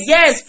Yes